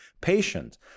patient